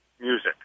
music